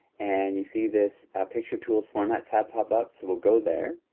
and you see this picture tools format tab pop up, so we'll go there.